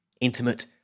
intimate